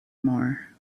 more